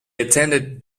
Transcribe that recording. attended